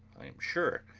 i am sure,